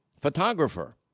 photographer